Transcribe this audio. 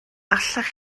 allech